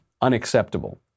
unacceptable